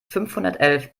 fünfhundertelf